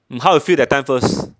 mm how you feel that time first